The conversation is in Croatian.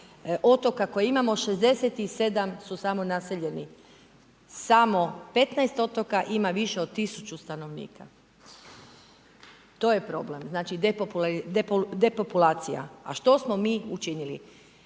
otoka koje imamo, 67 su samo naseljeni, samo 15 otoka ima više od 1000 stanovnika. To je problem. znači depopulacija. A što smo mi učinili?